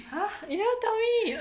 !huh! you never tell me